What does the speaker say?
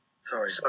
Sorry